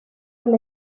del